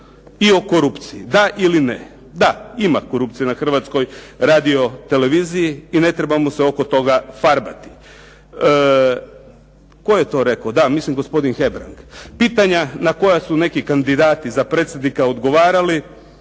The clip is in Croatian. i o korupciji, da ili ne. Da, ima korupcije na Hrvatskoj radioteleviziji i ne trebamo se oko toga farbati. Tko je to rekao, da, mislim gospodin Hebrang, pitanja na koja su neki kandidati za predsjednika odgovarali,